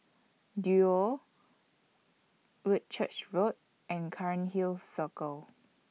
Duo Whitchurch Road and Cairnhill Circle